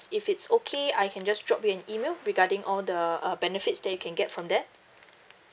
if it's okay I can just drop you an email regarding all the uh benefits that you can get from that